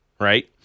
right